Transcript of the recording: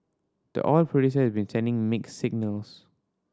the oil producer has been sending mixed signals